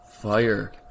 fire